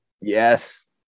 Yes